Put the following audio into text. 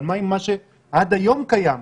אבל מה עם מה שעד היום קיים?